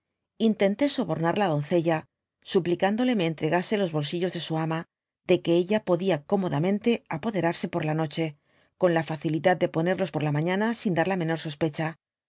intesté sobornar la doncella suplicándole me oitregase los bolsillos de su ama de que ella podía cómodamente apoderarse por la noche qon la facilidad de ponerlos por la mañana sin dar la menor sospecha